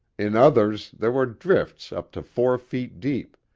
in others there were drifts up to four feet deep,